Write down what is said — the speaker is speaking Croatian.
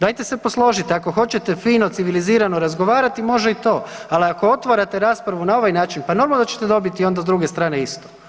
Dajte se posložite, ako hoćete fino civilizirano razgovarati može i to, ali ako otvarate raspravu na ovaj način, pa normalno da ćete dobiti onda s druge strane isto.